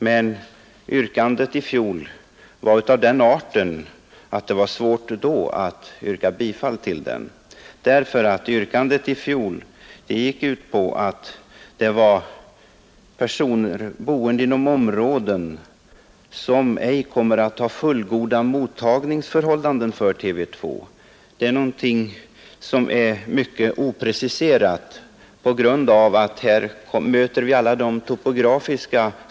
Men yrkandet i fjolårsmotionen var sådant att det var svårt att tillstyrka det. Den gången gällde det människor boende i områden där man inte har fullgoda mottagningsförhållanden för TV 2, och det är mycket opreciserat, ty där kommer en mängd topografiska förhållanden in i bilden.